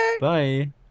Bye